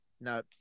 No